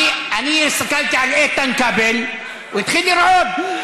אלוהים הוא גדול, והוא גדול ושמו שלום.